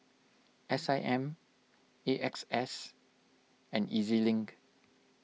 S I M A X S and E Z Link